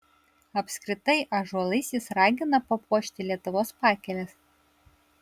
apskritai ąžuolais jis ragina papuošti lietuvos pakeles